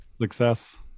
Success